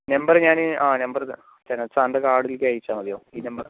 number ഞാൻ ആ number തരാം സാറിൻ്റെ കാർഡിലേക്ക് അയച്ചാൽ മതിയോ ഈ നമ്പർ